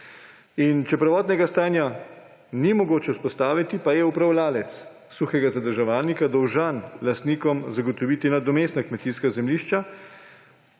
Če prvotnega stanja ni mogoče vzpostaviti, pa je upravljavec suhega zadrževalnika dolžan lastnikom zagotoviti nadomestna kmetijska zemljišča